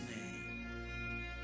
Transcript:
name